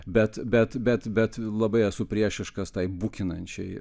bet bet bet bet labai esu priešiškas tai bukinančiai